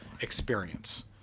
experience